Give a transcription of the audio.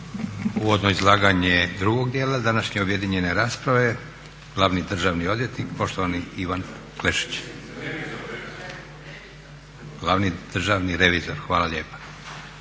uvodno izlaganje drugog dijela današnje objedinjene rasprave. Glavni državni revizor, poštovani Ivan Klešić. Izvolite. **Klešić, Ivan** Hvala lijepa